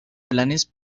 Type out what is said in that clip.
planes